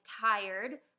tired